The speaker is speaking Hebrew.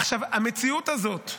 עכשיו, המציאות הזאת,